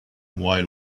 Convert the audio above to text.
while